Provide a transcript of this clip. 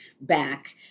back